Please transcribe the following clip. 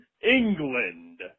England